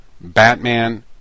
Batman